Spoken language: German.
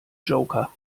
joker